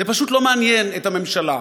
זה פשוט לא מעניין את הממשלה.